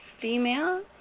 female